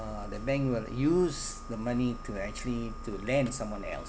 the bank will use the money to actually to lend someone else